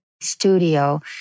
studio